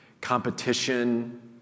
competition